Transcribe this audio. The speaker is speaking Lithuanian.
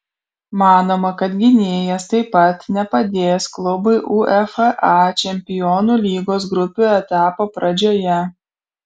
manoma kad gynėjas taip pat nepadės klubui uefa čempionų lygos grupių etapo pradžioje